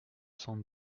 cent